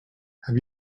have